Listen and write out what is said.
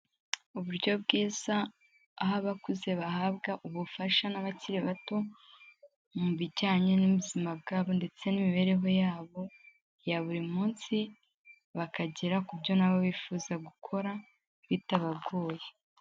Uburyo bwiza aho abakuze bahabwa ubufasha n'abakiri bato, mu bijyanye n'ubuzima bwabo ndetse n'imibereho yabo ya buri munsi bakagera ku byo nabo bifuza gukora bitabagoye.